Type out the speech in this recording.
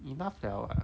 enough liao lah